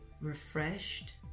refreshed